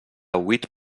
huit